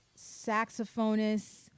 saxophonist